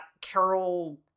Carol